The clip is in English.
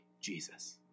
Jesus